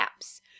apps